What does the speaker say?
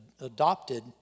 adopted